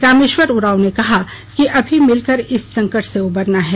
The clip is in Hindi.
रामेश्वर उरांव ने कहा कि अभी मिलकर इस संकट से उबरना है